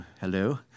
Hello